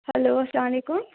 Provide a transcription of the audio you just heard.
hello اَسلام علیکُم